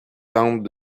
tente